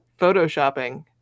photoshopping